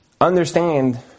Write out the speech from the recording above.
understand